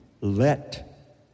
let